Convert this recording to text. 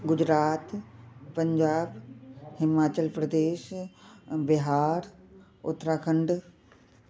Gujarat Punjab Himachal Pradesh Bihar Uttarakhand